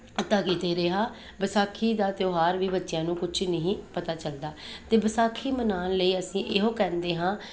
ਤਾਂ ਕਿਤੇ ਰਿਹਾ ਵਿਸਾਖੀ ਦਾ ਤਿਉਹਾਰ ਵੀ ਬੱਚਿਆਂ ਨੂੰ ਕੁਛ ਨਹੀਂ ਪਤਾ ਚੱਲਦਾ ਅਤੇ ਵਿਸਾਖੀ ਮਨਾਉਣ ਲਈ ਅਸੀਂ ਇਹੋ ਕਹਿੰਦੇ ਹਾਂ